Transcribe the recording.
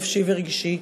נפשי ורגשי.